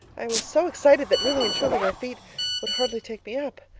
i was so excited that really and truly my feet would hardly take me up.